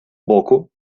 боку